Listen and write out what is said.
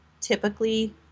typically